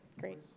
Great